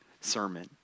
sermon